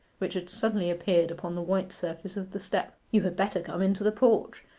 which had suddenly appeared upon the white surface of the step. you had better come into the porch.